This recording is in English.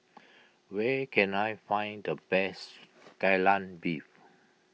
where can I find the best Kai Lan Beef